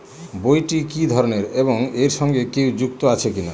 বইটি কি ধরনের এবং এর সঙ্গে কেউ যুক্ত আছে কিনা?